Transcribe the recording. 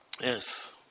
Yes